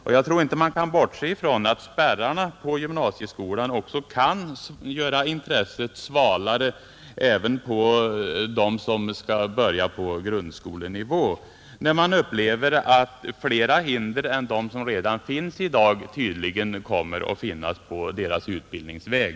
Man kan inte bortse från att spärrarna på gymnasieskolan kan göra intresset svalare även hos dem som skall börja på grundskolenivå, när de upplever att flera hinder än i dag tydligen kommer att möta dem på deras utbildningsväg.